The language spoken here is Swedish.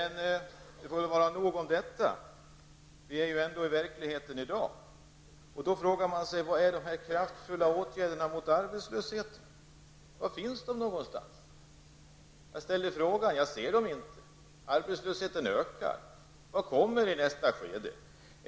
Nu står vi i dagens verklighet. Då frågar man sig: Var finns de kraftfulla åtgärderna mot arbetslösheten? Jag ställer frågan eftersom jag inte ser dem. Arbetslösheten ökar. Vad kommer i nästa skede?